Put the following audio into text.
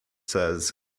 says